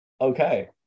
Okay